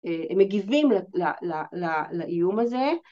‫הם מגיבים לאיום הזה.